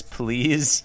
please